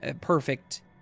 perfect